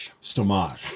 Stomach